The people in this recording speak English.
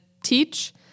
teach